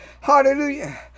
Hallelujah